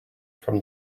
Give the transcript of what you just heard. from